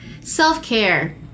self-care